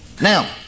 Now